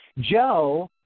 Joe